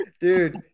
dude